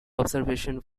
observation